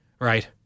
Right